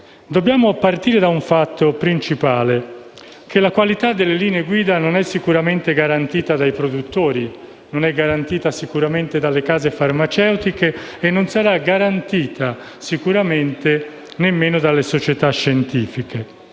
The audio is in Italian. Dobbiamo partire da un fatto principale: la qualità delle linee guida non è sicuramente garantita dai produttori, non è garantita sicuramente dalle case farmaceutiche e non sarà garantita sicuramente nemmeno dalle società scientifiche.